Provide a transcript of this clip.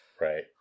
Right